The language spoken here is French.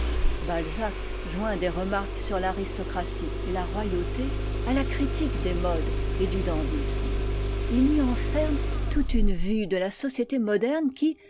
balzac joint des remarques sur l'aristocratie et la royauté à la critique des modes et du dandysme il y enferme toute une vue de la société moderne qui